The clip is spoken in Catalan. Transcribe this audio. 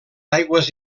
aigües